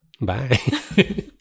Bye